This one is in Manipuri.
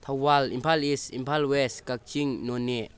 ꯊꯧꯕꯥꯜ ꯏꯝꯐꯥꯜ ꯏꯁ ꯏꯝꯐꯥꯜ ꯋꯦꯁ ꯀꯛꯆꯤꯡ ꯅꯣꯅꯦ